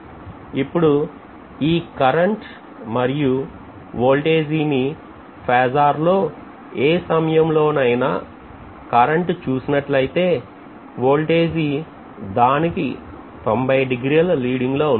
ఇప్పుడు ఈ కరెంట్ మరియు వోల్టేజి నీ ఫేజార్ లో అంటే ఏ సమయంలోనైనా కరెంటు చూసినట్లయితే వోల్టేజి దానికి 90 డిగ్రీల leading లో ఉంటుంది